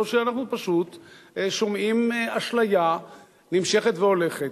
או שאנחנו פשוט שומעים אשליה נמשכת והולכת?